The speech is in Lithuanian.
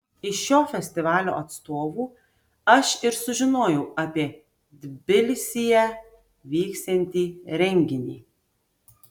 iš šio festivalio atstovų aš ir sužinojau apie tbilisyje vyksiantį renginį